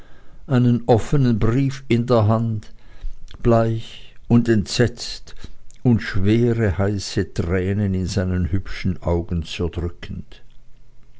einen offenen brief in der hand bleich und entsetzt und schwere heiße tränen in seinen hübschen augen zerdrückend